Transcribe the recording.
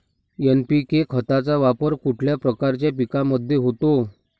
NPK खताचा वापर कुठल्या प्रकारच्या पिकांमध्ये होतो?